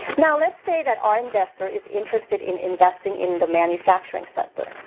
now let's say that our investor is interested in investing in the manufacturing sector.